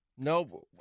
No